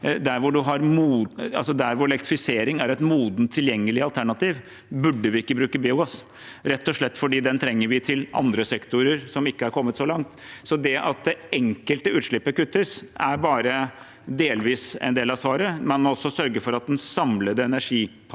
Der hvor elektrifisering er et modent tilgjengelig alternativ, burde vi ikke bruke biogass, rett og slett fordi vi trenger den til andre sektorer som ikke har kommet så langt. Det at det enkelte utslippet kuttes, er bare delvis en del av svaret. Man må også sørge for at den samlede energipakken